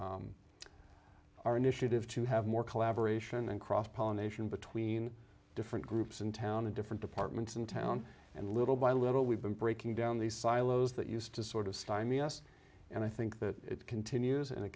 our our initiative to have more collaboration and cross pollination between different groups in town the different departments in town and little by little we've been breaking down the silos that used to sort of sign me us and i think that it continues and it